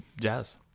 jazz